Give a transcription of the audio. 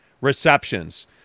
receptions